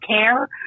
care